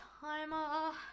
timer